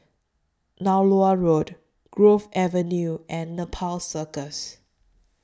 Nallur Road Grove Avenue and Nepal Circus